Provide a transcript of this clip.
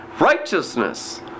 righteousness